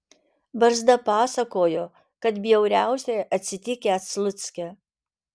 barzda pasakojo kad bjauriausiai atsitikę slucke